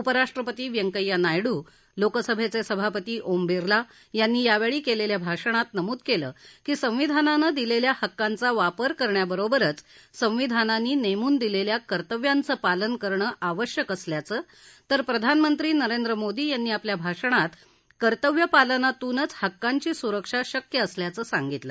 उपराष्ट्रपती व्यंकय्या नायडू लोकसभेचे सभापती ओम बिर्ला यांनी यावेळी केलेल्या भाषणात नमूद केलं की संविधानाने दिलेल्या हक्कांचा वापर करण्याबरोबरच संविधानाने नेमून दिलेल्या कर्तव्यांचं पालन करणं आवश्यक असल्याचं तर प्रधानमंत्री नरेंद्र मोदी यांनी आपल्या भाषणात कर्तव्य पालनातूनच हक्कांची सुरक्षा शक्य असल्याचं सांगितलं